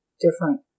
different